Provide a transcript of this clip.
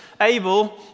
Abel